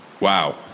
wow